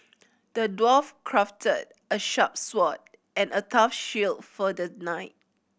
the dwarf crafted a sharp sword and a tough shield for the knight